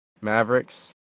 Mavericks